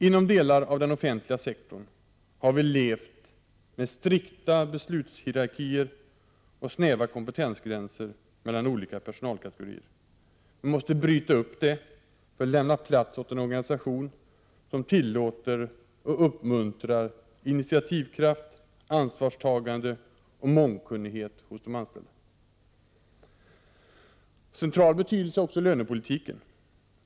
Inom delar av den offentliga sektorn har vi levt med strikta beslutshierarkier och snäva kompetensgränser mellan olika personalkategorier. Vi måste bryta upp dessa för att lämna plats åt en organisation som tillåter och uppmuntrar initiativkraft, ansvarstagande och mångkunnighet hos de anställda. Central betydelse har också lönepolitiken.